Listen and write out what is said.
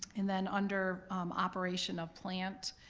and then under operation of plant,